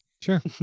Sure